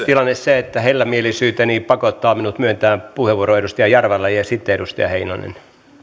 tilanne se että hellämielisyyteni pakottaa minut myöntämään puheenvuoron edustaja jarvalle ja sitten edustaja heinonen